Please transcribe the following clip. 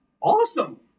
awesome